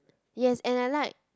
yes and I like